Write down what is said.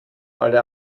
alle